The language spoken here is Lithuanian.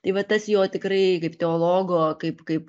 tai va tas jo tikrai kaip teologo kaip kaip